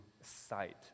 sight